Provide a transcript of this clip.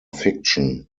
fiction